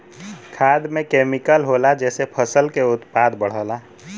खाद में केमिकल होला जेसे फसल के उत्पादन बढ़ला